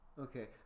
okay